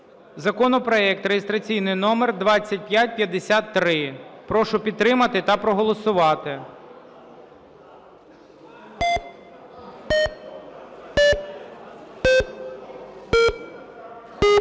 законопроект реєстраційний номер 2553. Прошу підтримати та проголосувати. 14:09:25 За-321